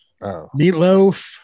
Meatloaf